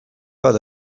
bat